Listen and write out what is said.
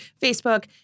Facebook